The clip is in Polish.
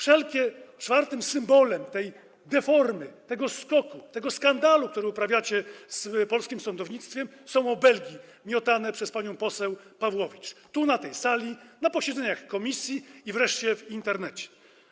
Czwartym symbolem tej deformy, tego skoku, tego skandalu, tego, co wyprawiacie z polskim sądownictwem, są obelgi miotane przez panią poseł Pawłowicz tu, na tej sali, na posiedzeniach komisji i wreszcie w Internecie.